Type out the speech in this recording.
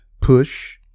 Push